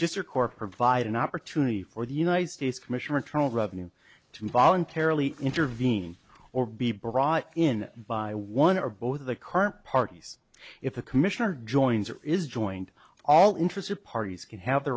just your core provide an opportunity for the united states commissioner internal revenue to voluntarily intervene or be brought in by one or both of the current parties if a commissioner joins or is joined all interested parties can have the